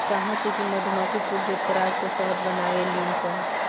काहे से कि मधुमक्खी फूल के पराग से शहद बनावेली सन